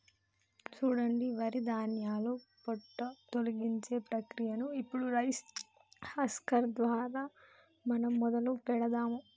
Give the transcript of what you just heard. సూడండి వరి ధాన్యాల పొట్టు తొలగించే ప్రక్రియను ఇప్పుడు రైస్ హస్కర్ దారా మనం మొదలు పెడదాము